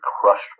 crushed